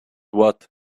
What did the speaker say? what